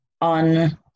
on